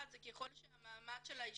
א', ככל שהמעמד של האישה